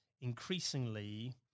increasingly